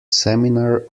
seminar